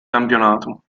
campionato